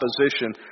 opposition